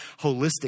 holistic